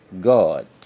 God